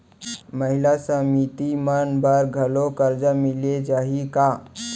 महिला समिति मन बर घलो करजा मिले जाही का?